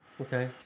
Okay